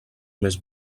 més